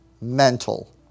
mental